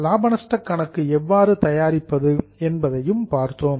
லாப நஷ்ட கணக்கு எவ்வாறு தயாரிப்பது என்பதையும் பார்த்தோம்